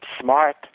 smart